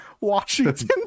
Washington